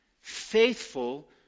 faithful